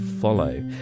follow